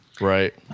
Right